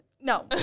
No